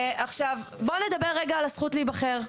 עכשיו, בואו נדבר רגע על הזכות להיבחר.